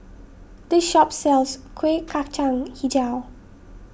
this shop sells Kueh Kacang HiJau